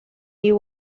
you